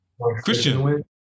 Christian